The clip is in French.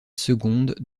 seconde